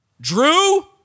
Drew